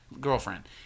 Girlfriend